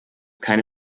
keine